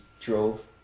drove